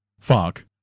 fuck